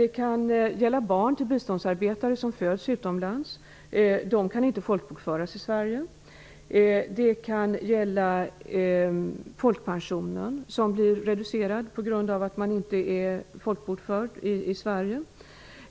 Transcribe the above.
Det kan gälla barn till biståndsarbetare som föds utomlands. De kan inte folkbokföras i Sverige. Det kan gälla folkpensionen. Den blir reducerad på grund av att man inte är folkbokförd i Sverige.